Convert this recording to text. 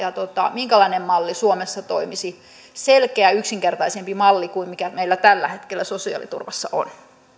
minkälainen malli suomessa toimisi selkeä yksinkertaisempi malli kuin mikä meillä tällä hetkellä sosiaaliturvassa on